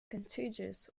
contiguous